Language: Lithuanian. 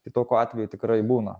tai tokių atvejų tikrai būna